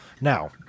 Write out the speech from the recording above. Now